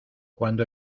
cuando